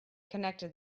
connected